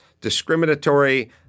discriminatory